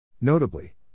Notably